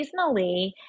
seasonally